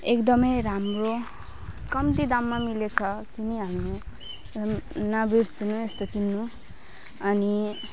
एकदम राम्रो कम्ती दाममा मिलेछ किनिहाल्नु र नबिर्सनु यस्तो किन्नु अनि